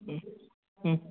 ம் ம்